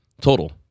total